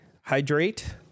hydrate